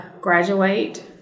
graduate